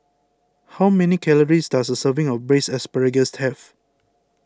how many calories does a serving of Braised Asparagus have